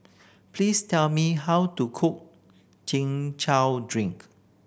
please tell me how to cook Chin Chow drink